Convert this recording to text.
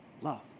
Love